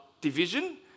division